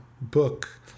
book